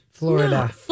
Florida